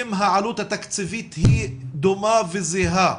אם העלות התקציבית היא דומה וזהה,